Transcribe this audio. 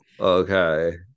Okay